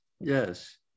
Yes